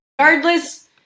Regardless